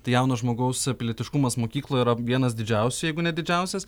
tai jauno žmogaus pilietiškumas mokykloje yra vienas didžiausių jeigu ne didžiausias